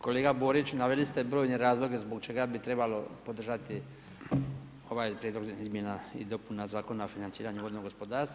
Kolega Borić naveli ste brojne razloge zbog čega bi trebalo podržati ovaj Prijedlog izmjena i dopuna Zakona o financiranju vodnog gospodarstva.